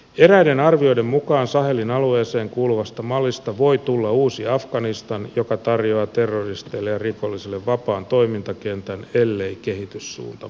eräiden arvioiden mukaan sahelin alueeseen kuuluvasta malista voi tulla uusi afganistan joka tarjoaa terroristeille ja rikollisille vapaan toimintakentän ellei kehityssuunta muutu